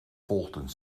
volgden